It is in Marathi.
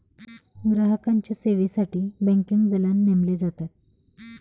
ग्राहकांच्या सेवेसाठी बँकिंग दलाल नेमले जातात